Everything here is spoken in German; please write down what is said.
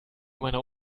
meiner